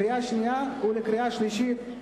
קריאה שנייה וקריאה שלישית,